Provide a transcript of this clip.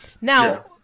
now